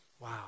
Wow